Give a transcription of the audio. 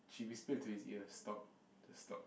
she whispered to his ears stop just stop